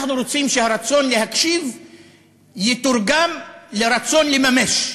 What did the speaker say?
אנחנו רוצים שהרצון להקשיב יתורגם לרצון לממש,